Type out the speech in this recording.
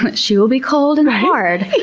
but she will be cold and hard,